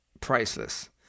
Priceless